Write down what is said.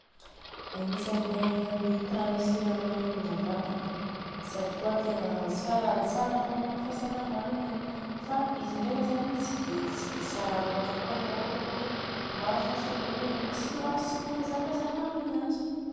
Agnisany magnegna ny tahany siramamy amina vatagna, sady kôa tegna tsara tsara ho any fahasalamana zany. Fa izy ndreka zany tsy dia tsy dia tsara lôatra kôa izy raha ohatra ka hoe maro fa sô dia hoe misy raha tsy mazavazava aminanjy.